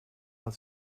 had